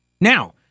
Now